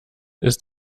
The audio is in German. ist